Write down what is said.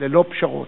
ללא פשרות.